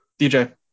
DJ